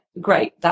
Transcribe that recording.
great